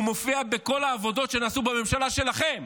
הוא מופיע בכל העבודות שנעשו בממשלה שלכם.